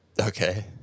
okay